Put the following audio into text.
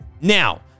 Now